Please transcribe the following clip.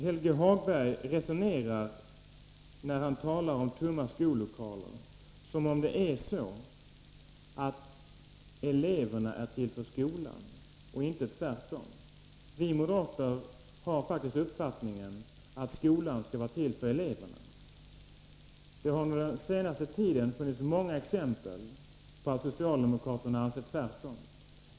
Helge Hagberg resonerar, när han talar om tomma skollokaler, som om eleverna vore till för skolan och inte tvärtom. Vi moderater har faktiskt uppfattningen att skolan skall vara till för eleverna. Det har under den senaste tiden getts många exempel på att socialdemokraterna anser motsatsen.